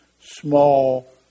small